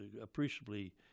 appreciably